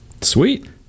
sweet